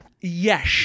Yes